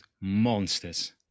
monsters